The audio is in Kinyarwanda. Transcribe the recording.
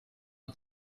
bya